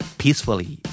peacefully